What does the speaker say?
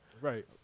Right